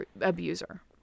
abuser